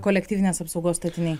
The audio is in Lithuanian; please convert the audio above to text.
kolektyvinės apsaugos statiniai